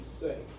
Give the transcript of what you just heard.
say